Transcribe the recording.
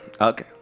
okay